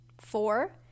Four